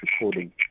recording